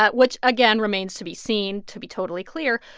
but which, again, remains to be seen to be totally clear,